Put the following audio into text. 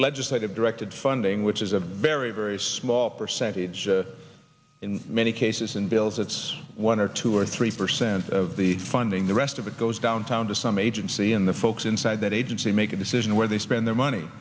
legislative directed funding which is a very very small percentage in many cases and bills it's one or two or three percent of the funding the rest of it goes down town to some agency in the folks inside that agency make a decision where they spend their money